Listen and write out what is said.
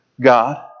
God